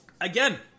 Again